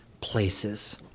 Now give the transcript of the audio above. places